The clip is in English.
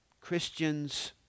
Christians